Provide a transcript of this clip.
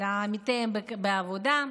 על עמיתיהם בעבודה.